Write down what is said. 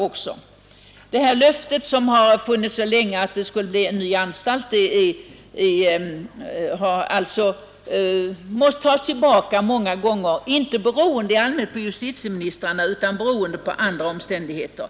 Löftet om att det skulle bli en ny anstalt, som har funnits så länge, har alltså måst tagas tillbaka många gånger, i allmänhet inte beroende på justitieministrarna, utan på omständigheterna.